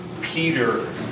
Peter